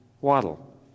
waddle